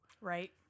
Right